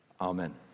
Amen